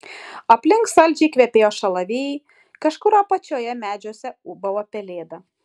aplink saldžiai kvepėjo šalavijai kažkur apačioje medžiuose ūbavo pelėda